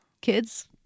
kids